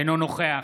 אינו נוכח